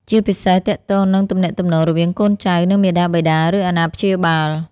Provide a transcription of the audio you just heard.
ជាពិសេសទាក់ទងនឹងទំនាក់ទំនងរវាងកូនចៅ និងមាតាបិតា ឬអាណាព្យាបាល។